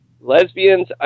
Lesbians